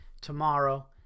tomorrow